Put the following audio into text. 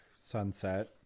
sunset